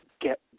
get